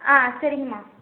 ஆ சரிங் மா